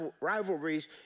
rivalries